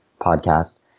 podcast